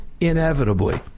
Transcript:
inevitably